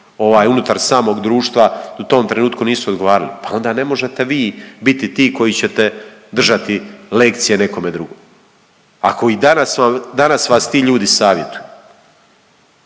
unutar samog društva u tom trenutku nisu odgovarali, pa onda ne možete vi biti ti koji ćete držati lekcije nekome drugom ako i danas vas ti ljudi savjetuju.